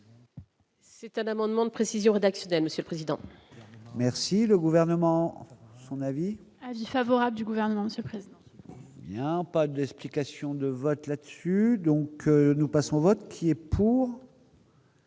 C'est un amendement de précision rédactionnelle, monsieur le président. Merci. Le gouvernement son avis. Avis favorable du gouvernement surprise. Pas d'explication de vote la dessus donc nous passons au vote qui est pour.